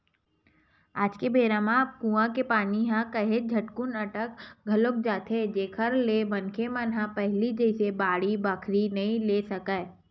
आज के बेरा म अब कुँआ के पानी ह काहेच झटकुन अटा घलोक जाथे जेखर ले मनखे मन ह पहिली जइसे बाड़ी बखरी नइ ले सकय